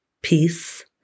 peace